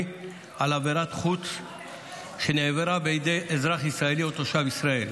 על עבירת חוץ שנעברה בידי אזרח ישראלי או תושב ישראל),